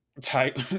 type